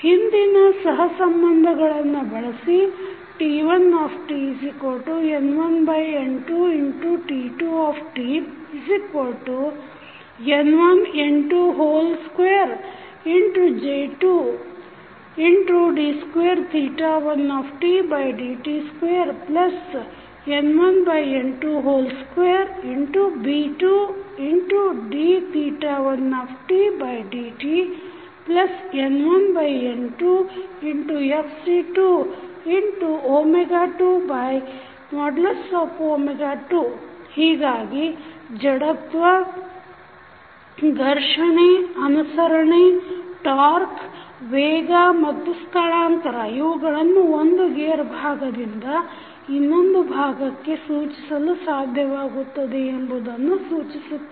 ಹಿಂದಿನ ಸಹ ಸಂಬಂಧಗಳನ್ನು ಬಳಸಿ T1tN1N2T2tN1N22J2d21dt2N1N22B2d1dtN1N2Fc222 ಹೀಗಾಗಿ ಜಡತ್ವ ಘರ್ಷಣೆ ಅನುಸರಣೆ ಟಾಕ್೯ ವೇಗ ಮತ್ತು ಸ್ಥಳಾಂತರ ಇವುಗಳನ್ನು ಒಂದು ಗೇರ್ ಭಾಗದಿಂದ ಇನ್ನೊಂದು ಭಾಗಕ್ಕೆ ಸೂಚಿಸಲು ಸಾಧ್ಯವಾಗುತ್ತದೆ ಎಂಬುದನ್ನು ಸೂಚಿಸುತ್ತದೆ